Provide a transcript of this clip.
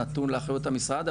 נתון לאחריות המשרד,